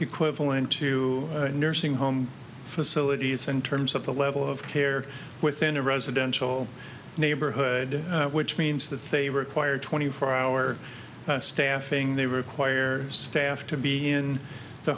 equivalent to nursing home facilities in terms of the level of care within a residential neighborhood which means that they require twenty four hour staffing they require staff to be in the